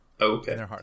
Okay